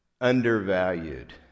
undervalued